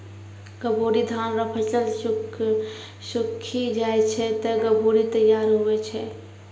गभोरी धान रो फसल सुक्खी जाय छै ते गभोरी तैयार हुवै छै